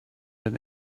been